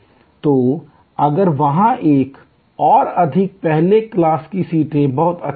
तो अगर वहाँ एक और अधिक पहले क्लास की सीटें बहुत अच्छी हैं